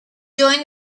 joined